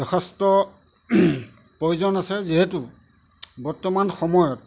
যথেষ্ট প্ৰয়োজন আছে যিহেতু বৰ্তমান সময়ত